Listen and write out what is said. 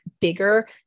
bigger